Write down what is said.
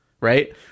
Right